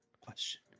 question